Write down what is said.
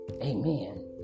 amen